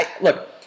look